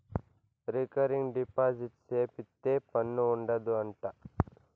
recurring deposit సేపిత్తే పన్ను ఉండదు అంట